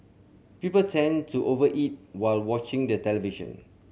people tend to over eat while watching the television